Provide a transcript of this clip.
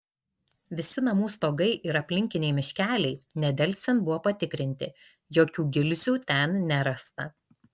visi namų stogai ir aplinkiniai miškeliai nedelsiant buvo patikrinti jokių gilzių ten nerasta